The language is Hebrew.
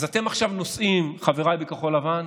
אתם עכשיו נושאים, חבריי בכחול לבן,